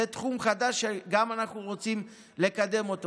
זה תחום חדש שאנחנו רוצים גם אותו לקדם.